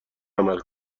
عمل